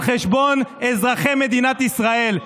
על חשבון אזרחי מדינת ישראל.